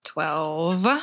Twelve